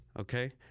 Okay